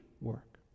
work